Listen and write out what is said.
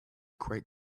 great